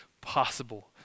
possible